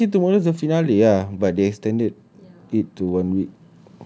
ya lah technically tomorrow is the finale ah but they extended it to one week